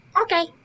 Okay